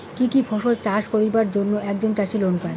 কি কি ফসল চাষ করিবার জন্যে একজন চাষী লোন পায়?